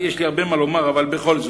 יש לי הרבה מה לומר, אבל בכל זאת,